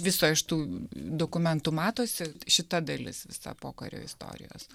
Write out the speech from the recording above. viso iš tų dokumentų matosi šita dalis visa pokario istorijos